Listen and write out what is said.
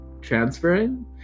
transferring